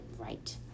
right